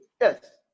Yes